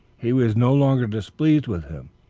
he was no longer displeased with him.